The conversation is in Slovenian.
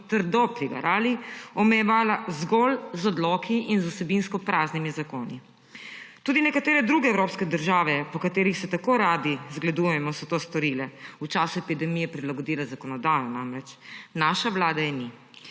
trdo prigarali, omejevala zgolj z odloki in z vsebinsko praznimi zakoni. Tudi nekatere druge evropske države, po katerih se tako radi zgledujemo, so to storile – namreč v času epidemije prilagodile zakonodajo. Naša vlada je ni,